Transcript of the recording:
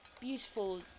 beautiful